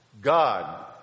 God